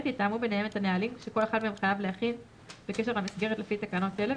ימנה את אחד מעובדיו שישמש נאמן לצורך תקנות אלה,